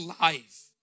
life